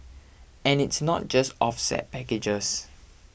and it's not just offset packages